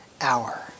hour